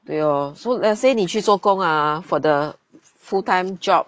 对 lor so let's say 你去做工 ah for the full time job